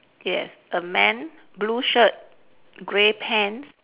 yes a man blue shirt grey pants